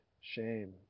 shame